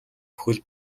хөл